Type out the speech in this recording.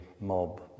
mob